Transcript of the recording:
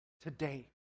today